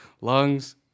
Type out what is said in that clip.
lungs